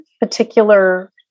particular